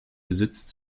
besitzt